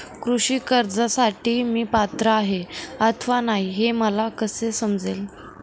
कृषी कर्जासाठी मी पात्र आहे अथवा नाही, हे मला कसे समजेल?